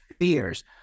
fears